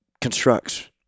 constructs